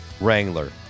Wrangler